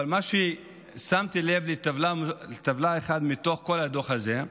אבל שמתי לב לטבלה אחת מתוך כל הדוח הזה,